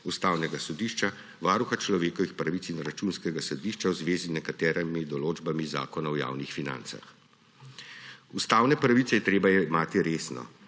Ustavnega sodišča, Varuha človekovih pravic in Računskega sodišča v zvezi z nekaterimi določbami iz Zakona o javnih financah. Ustavne pravice je potrebno jemati resno.